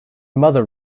mother